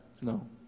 No